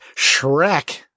Shrek